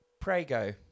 Prego